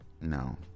No